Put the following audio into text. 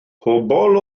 pobl